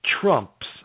trumps